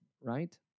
right